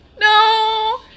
No